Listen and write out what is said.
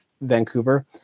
Vancouver